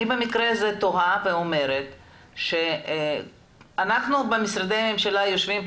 אני במקרה זה תוהה ואומרת שאנחנו יושבים פה,